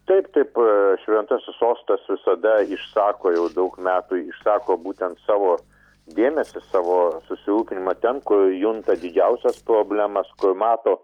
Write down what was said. taip taip šventasis sostas visada išsako jau daug metų išsako būtent savo dėmesį savo susirūpinimą ten kur junta didžiausias problemas kur mato